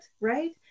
right